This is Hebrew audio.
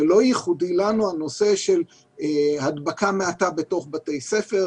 זה לא ייחודי לנו: נושא הדבקה בתוך בתי ספר,